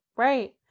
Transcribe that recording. Right